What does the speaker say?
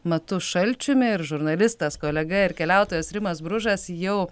matu šalčiumi ir žurnalistas kolega ir keliautojas rimas bružas jau